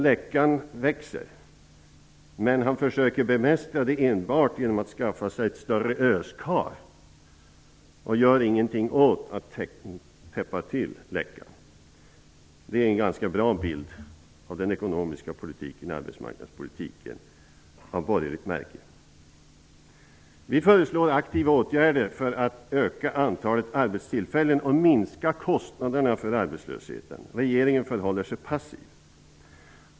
Läckan växer, men personen i ekan försöker bemästra det enbart genom att skaffa sig ett större öskar och gör ingenting för att täppa till läckan. Det är en ganska bra bild av ekonomisk politik och arbetsmarknadspolitik av borgerligt märke. Socialdemokraterna föreslår aktiva åtgärder för att öka antalet arbetstillfällen och minska kostnaderna för arbetslösheten. Regeringen förhåller sig passiv.